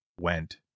went